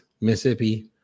Mississippi